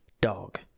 Dog